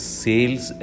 sales